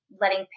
letting